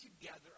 together